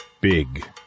Big